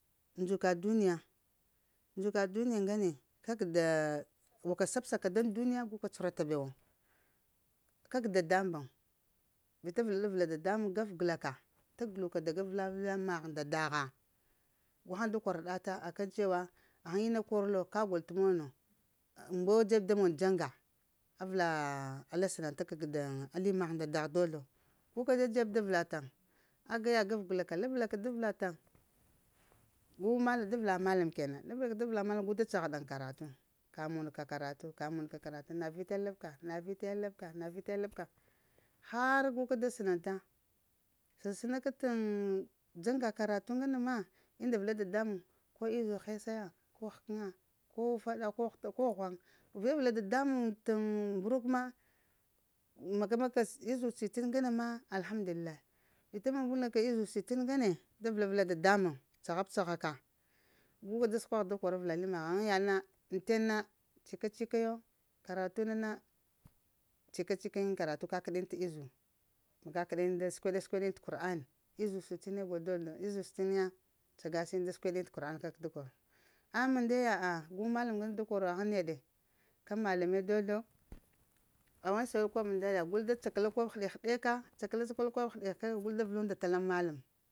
Ndzuka duniya, ndzuka duniya ŋgane, kaada warka sabsa ka daŋ duniya su ka cuhurata bewo kag dadamuŋ vita vəla ɗa vəla dadamuŋ gafəgla ka ta guluk ka daga avəla maha nda daha guhaŋ da kwaraɗa ta akaŋ cewa pghən ina kor lo kap gol t’ mono, mba wa dzeb da mon dzaŋga avəla ala səŋnəŋta kag da ali magh nda dagh dozlo, guka dzeb da vəla taŋ, aga ya gafgəla ka, labla ka da vəla taŋ gu mala avəla mallam ke nan, labla ka da vəla mallam gu da tsagha ɗaŋ karatu, ka mon ka karatu, ka mon ka karatu, na vita ya labka, na vitaya lab ka na vitaya labka, har guka da sənan ta, səsəna ka t'dzaŋga karatu ŋgane ma mda vəlaɗa dadamuŋ ko izubu hesa yako izubu həkəna, ko ufaɗa ko hutafa ko ghwaŋa vəlaɗa vəla dadamuŋ kokam maga-maga ka t'izuba sitin ŋgane ma alhamdulillahi vita maya, suna izuba sitin ŋgane, vəlaɗa vəla dada muŋ tsahab cahaka, guka da səkwa gha da kor avəla li maha pghaŋ yaɗ na ŋ ten na tsika-cikayo karatu nana tsika-cika t'karatu kakəɗa yiŋ t’ izubu kədə da sə kweɗe-səkweɗ yiŋ t qur'ani izubu sitin na sa ga sa yiŋ da sukweɗ yiŋ t kur'an kak da kor a mandaga a gu mallam ŋgane gu da koro pghan neɗe ka mallame dozlo awansa weɗ ma ndaya gəl da cakalla koɓo həɗe-həɗa ka cakalla-calala t koɓ heɗe kaŋ gul da vələnta ta laŋ mallam